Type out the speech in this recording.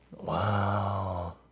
Wow